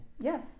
Yes